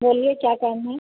बोलिए क्या काम है